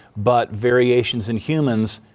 but variations in humans,